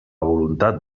voluntat